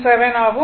7 ஆகும்